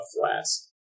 flask